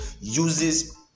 uses